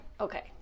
Okay